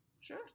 Sure